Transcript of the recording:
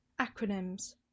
Acronyms